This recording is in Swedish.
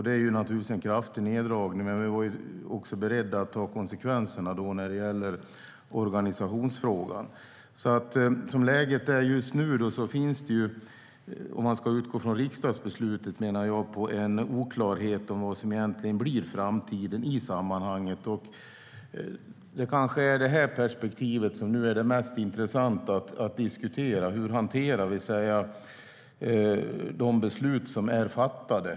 Det är en kraftig neddragning, men vi var också beredda att ta konsekvenserna i organisationsfrågan. Som läget är just nu - om man ska utgå från riksdagsbeslutet, menar jag - finns det en oklarhet om vad som egentligen blir framtiden i sammanhanget. Det kanske är det perspektivet som nu är det mest intressanta att diskutera. Hur hanterar vi de beslut som är fattade?